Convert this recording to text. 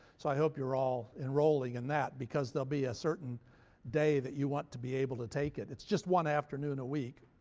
so i hope you're all enrolling in that because there'll be a certain day that you want to be able to take it. it's just one afternoon a week,